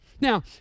Now